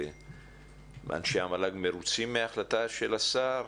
אנשי המל"ג מרוצים מההחלטה של השר?